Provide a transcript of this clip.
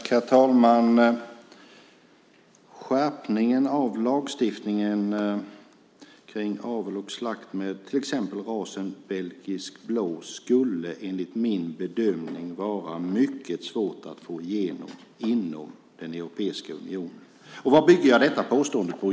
Herr talman! Skärpningen av lagstiftningen kring avel och slakt med till exempel rasen belgisk blå skulle enligt min bedömning vara mycket svår att få igenom inom den europeiska unionen. Och vad bygger jag detta påstående på?